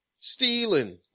Stealing